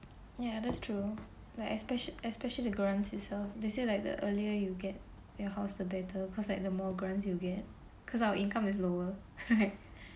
ya that's true like especial~ especially the grants itself they say like the earlier you get your house the better because like the more grants you get because our income is lower right